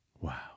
wow